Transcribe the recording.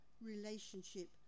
relationship